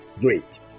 Great